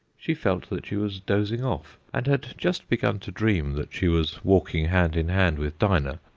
she felt that she was dozing off, and had just begun to dream that she was walking hand in hand with dinah,